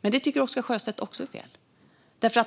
Men det tycker Oscar Sjöstedt också är fel.